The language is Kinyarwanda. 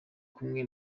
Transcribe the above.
kumwe